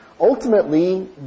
ultimately